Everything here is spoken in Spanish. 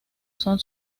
son